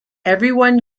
everyone